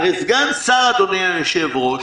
הרי סגן שר, אדוני היושב-ראש,